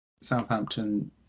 Southampton